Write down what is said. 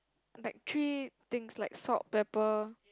like three things like salt pepper